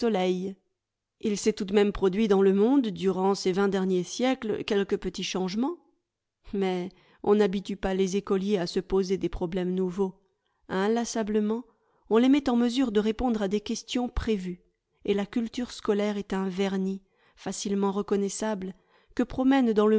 il s'est tout de même produit dans le monde durant ces vingt derniers siècles quelques petits changements mais on n'habitue pas les écoliers à se poser des problèmes nouveaux inlassablement on les met en mesure de répondre à des questions prévues et la culture scolaire est un vernis facilement reconnaissable que promènent dans